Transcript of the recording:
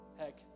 heck